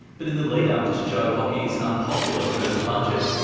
but in the lead-up to joe hockey's unpopular first budget,